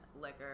liquor